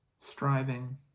Striving